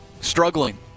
struggling